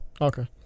Okay